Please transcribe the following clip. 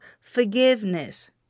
forgiveness